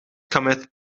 cometh